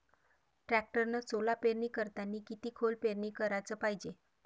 टॅक्टरनं सोला पेरनी करतांनी किती खोल पेरनी कराच पायजे?